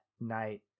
Night